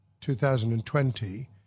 2020